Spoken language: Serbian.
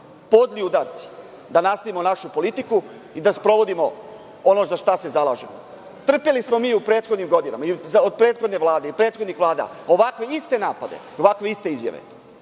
podli udarci da nastavimo našu politiku i da sprovodimo ono za šta se zalažemo. Trpeli smo mi i u prethodnim godinama, od prethodne Vlade i prethodnih vlada ovakve iste napade, ovakve iste izjave,